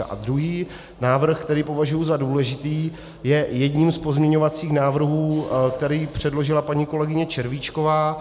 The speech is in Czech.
A druhý návrh, který považuji za důležitý, je jedním z pozměňovacích návrhů, který předložila paní kolegyně Červíčková.